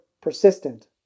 persistent